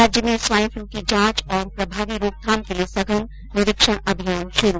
राज्य में swine flu की जांच और प्रभावी रोकथाम के लिये सघन निरीक्षण अभियान शुरू